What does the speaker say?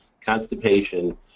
constipation